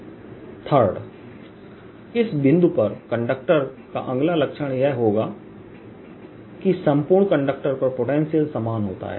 3 इस बिंदु पर कंडक्टर का अगला लक्षण यह है कि संपूर्ण कंडक्टर पर पोटेंशियल समान होता है